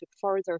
further